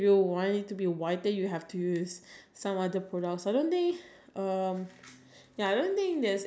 ah not really I don't think you can clear up the pimple I don't think you can clear I think you just if it